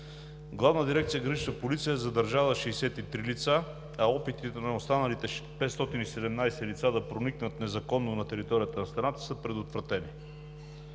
Главна дирекция „Гранична полиция“ е задържала 63 лица, а опитите на останалите 517 лица да проникнат незаконно на територията на страната са предотвратени.